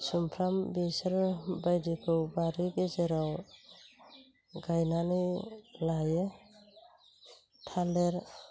सुमफ्राम बिसोरो बायदिखौ बारि गेजेराव गायनानै लायो थालिर